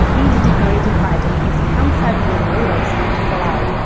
each decorative item is hand set with rivets not to fall out.